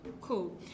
Cool